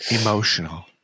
Emotional